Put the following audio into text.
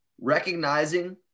recognizing